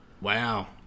Wow